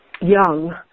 young